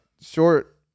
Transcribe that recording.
short